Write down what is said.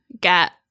get